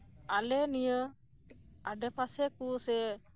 ᱟᱞᱮ ᱱᱤᱭᱟᱹ ᱟᱰᱮ ᱯᱟᱥᱮᱠᱚ ᱥᱮ